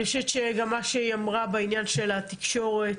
אני שמעתי את הסיפורים שלהם,